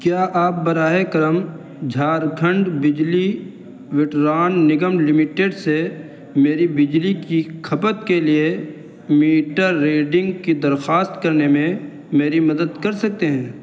کیا آپ براہ کرم جھارکھنڈ بجلی وٹران نگم لمیٹڈ سے میری بجلی کی کھپت کے لیے میٹر ریڈنگ کی درخواست کرنے میں میری مدد کر سکتے ہیں